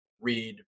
read